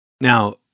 Now